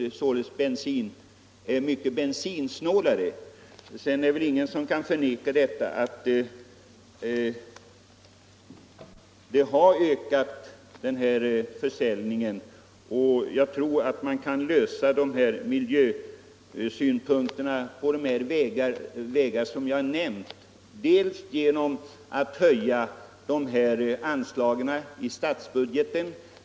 Sedan kan ju ingen förneka att försäljningen har ökat. Jag tror man kan lösa miljöproblemen på de sätt jag har nämnt, t.ex. genom att höja anslagen i statsbudgeten.